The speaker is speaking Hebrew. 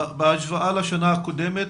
בהשוואה לשנה קודמת,